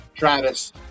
Travis